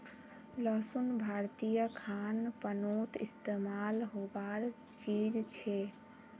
लहसुन भारतीय खान पानोत इस्तेमाल होबार चीज छे